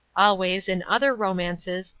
always, in other romances,